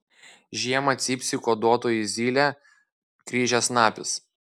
žiemą cypsi kuoduotoji zylė kryžiasnapis